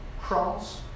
Cross